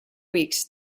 weeks